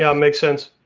yeah um make sense.